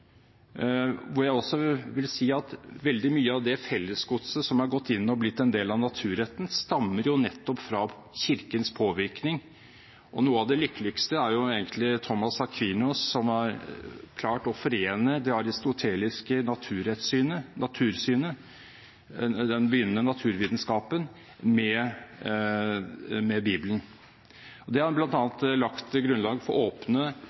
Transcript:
hvor veldig mye av det fellesgodset som er gått inn og blitt en del av naturretten, stammer nettopp fra Kirkens påvirkning, og noe av det lykkeligste er egentlig Thomas Aquinas, som har klart å forene det aristoteliske natursynet, den begynnende naturvitenskapen, med Bibelen. Det har bl.a. lagt grunnlaget for åpne